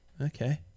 okay